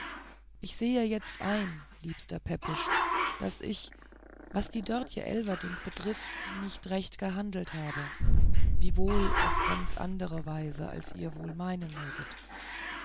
ich sehe jetzt ein liebster pepusch daß ich was die dörtje elverdink betrifft nicht recht gehandelt habe wiewohl auf ganz andere weise als ihr wohl meinen möget